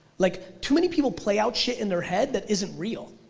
like too many people play out shit in their head that isn't real,